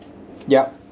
yup